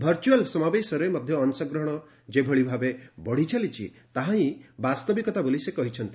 virtual ସମାବେଶରେ ମଧ୍ୟ ଅଂଶଗ୍ରହଣ ଯେଭଳି ଭାବେ ବଢ଼ି ଚାଲିଛି ତାହାହିଁ ବାସ୍ତବିକତା ବୋଲି ସେ କହିଛନ୍ତି